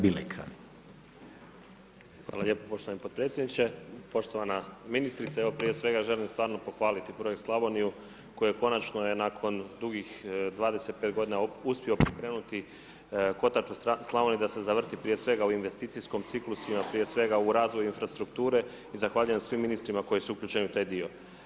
Hvala lijepo poštovani potpredsjednike, poštovana ministrice, evo prije svega želim stvarno pohvaliti projekt Slavoniju koja konačno je nakon dugih 25 godina uspio pokrenuti kotač u Slavniji da se zavrti prije svega u investicijskim ciklusima, prije svega u razvoju infrastrukture i zahvaljujem svim ministrima koji su uključeni u taj dio.